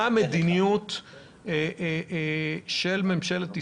מה המדיניות של ממשלת ישראל,